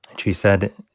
and she said,